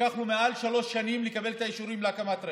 לקח לו מעל שלוש שנים לקבל את האישורים להקמת רפת,